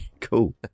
Cool